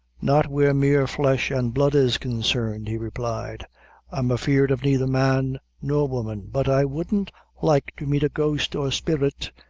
not where mere flesh and blood is consarned, he replied i'm afeard of neither man nor woman but i wouldn't like to meet a ghost or spirit,